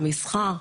המסחר,